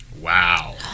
wow